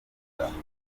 b’umwuga